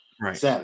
Right